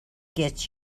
get